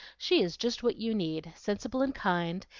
she is just what you need sensible and kind,